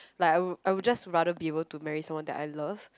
like I would I would just rather be able to marry someone that I love